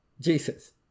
Jesus